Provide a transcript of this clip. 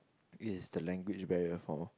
is the language barrier for